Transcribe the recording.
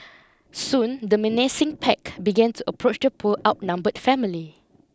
soon the menacing pack began to approach the poor outnumbered family